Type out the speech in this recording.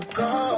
go